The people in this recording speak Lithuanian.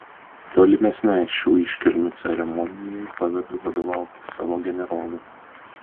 tolimesnei šių iškilmių ceremonijai pavedu vadovauti savo generolui